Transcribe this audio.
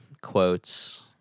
quotes